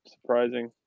surprising